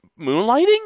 Moonlighting